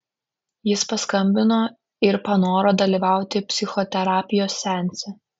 jis paskambino ir panoro dalyvauti psichoterapijos seanse